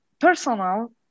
personal